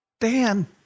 Dan